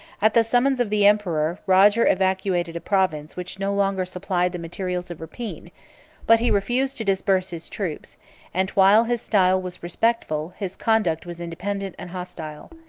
at the summons of the emperor, roger evacuated a province which no longer supplied the materials of rapine but he refused to disperse his troops and while his style was respectful, his conduct was independent and hostile.